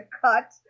cut